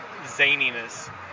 zaniness